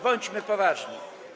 Bądźmy poważni.